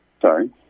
sorry